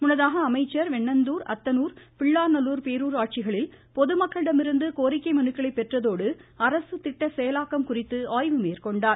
முன்னதாக அமைச்சர் வெண்ணந்தூர் அத்தனூர் பிள்ளாநல்லூர் பேரூராட்சிகளில் பொதுமக்களிடமிருந்து கோரிக்கை மனுக்களை பெற்றதோடு அரசு திட்ட செயலாக்கம் குறித்து ஆய்வு மேற்கொண்டார்